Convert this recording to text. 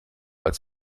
als